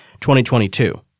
2022